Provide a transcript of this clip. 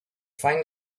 find